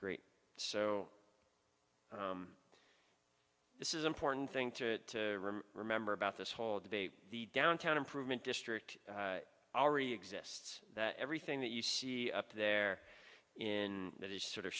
great so this is important thing to remember about this whole debate the downtown improvement district already exists that everything that you see up there in that is sort of